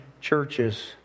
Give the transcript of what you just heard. churches